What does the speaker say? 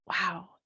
wow